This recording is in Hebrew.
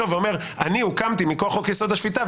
ואומר: אני הוקמתי מכוח חוק-יסוד: השפיטה,